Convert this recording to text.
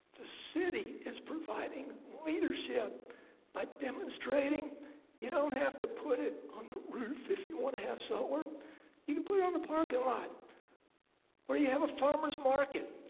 the city is providing leadership by demonstrating you don't have to put it on the roof. if you want to have solar you can put it on the parking lot where you have a farmers market?